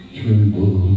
tremble